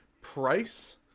price